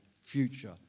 future